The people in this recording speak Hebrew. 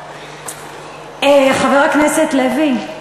חבר הכנסת לוי,